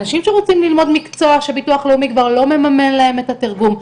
אנשים שרוצים ללמוד מקצוע שביטוח לאומי כבר לא מממן להם את התרגום.